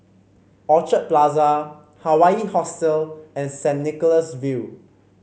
Orchid Plaza Hawaii Hostel and Saint Nicholas View